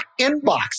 inbox